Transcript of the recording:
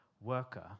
worker